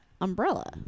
umbrella